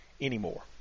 anymore